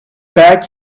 beg